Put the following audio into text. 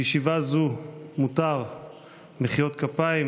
בישיבה זו מותר מחיאות כפיים,